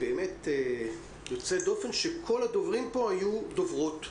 באמת יוצא דופן שכל הדוברים פה היו דוברות.